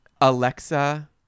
alexa